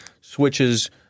switches